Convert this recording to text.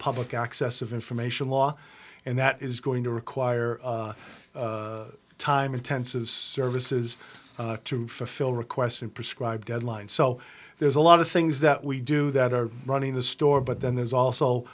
public access of information law and that is going to require time intensive services to fulfill requests and prescribed deadlines so there's a lot of things that we do that are running the store but then there's also